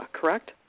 correct